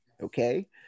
okay